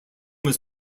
was